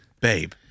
babe